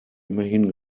immerhin